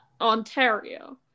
Ontario